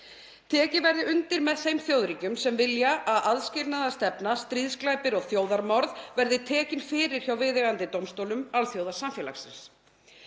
Tekið verði undir með þeim þjóðríkjum sem vilja að aðskilnaðarstefna, stríðsglæpir og þjóðarmorð verði tekin fyrir hjá viðeigandi dómstólum alþjóðasamfélagsins.